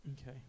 Okay